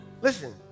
listen